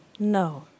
No